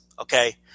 okay